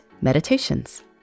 meditations